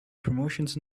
promotions